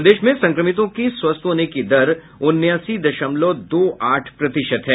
प्रदेश में संक्रमितों की स्वस्थ होने की दर उनासी दशमलव दो आठ प्रतिशत है